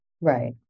Right